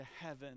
heaven